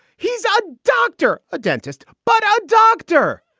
he's a doctor, a dentist, but a doctor.